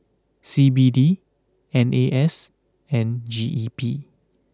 C B D N A S and G E P